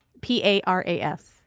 P-A-R-A-S